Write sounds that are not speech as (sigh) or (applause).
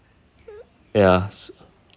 (noise) ya